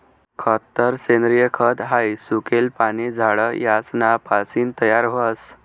खरतर सेंद्रिय खत हाई सुकेल पाने, झाड यासना पासीन तयार व्हस